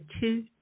two